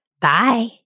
Bye